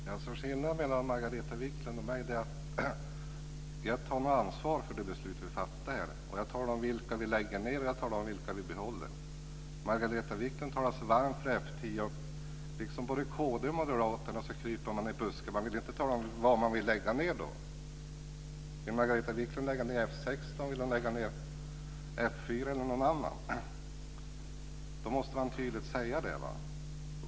Fru talman! Skillnaden mellan Margareta Viklund och mig är att jag tar ansvar för de beslut vi fattar. Jag talar om vilka vi lägger ned, och jag talar om vilka vi behåller. Margareta Viklund talar sig varm för F 10. Liksom övriga i kd och Moderaterna kryper hon i busken och vill inte tala om var man vill lägga ned. Vill Margareta Viklund lägga ned F 16, F 4 eller någon annan? Man måste tydligt säga det.